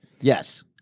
yes